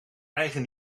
eigen